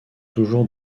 toujours